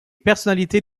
personnalités